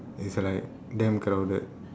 it's like damn crowded